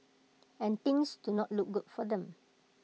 and things do not look good for them